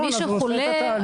מי שחולה,